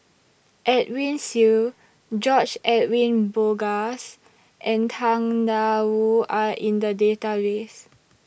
Edwin Siew George Edwin Bogaars and Tang DA Wu Are in The Database